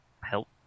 help